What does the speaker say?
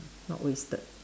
not wasted